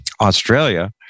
Australia